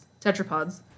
tetrapods